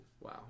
Wow